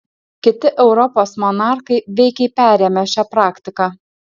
kiti europos monarchai veikiai perėmė šią praktiką